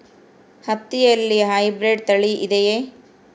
ಹತ್ತಿಯಲ್ಲಿ ಹೈಬ್ರಿಡ್ ತಳಿ ಇದೆಯೇ?